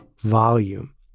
volume